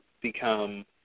become